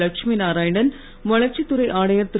லட்சுமி நாராயணன் வளர்ச்சித் துறை ஆணையர் திரு